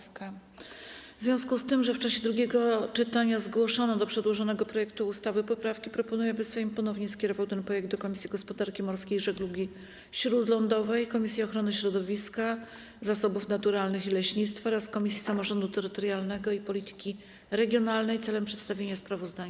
W związku z tym, że w czasie drugiego czytania zgłoszono do przedłożonego projektu ustawy poprawki, proponuję, aby Sejm ponownie skierował ten projekt do Komisji Gospodarki Morskiej i Żeglugi Śródlądowej, Komisji Ochrony Środowiska, Zasobów Naturalnych i Leśnictwa oraz Komisji Samorządu Terytorialnego i Polityki Regionalnej celem przedstawienia sprawozdania.